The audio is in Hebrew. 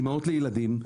אימהות לילדים.